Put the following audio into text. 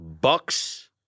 Bucks